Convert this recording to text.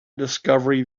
discovery